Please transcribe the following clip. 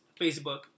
Facebook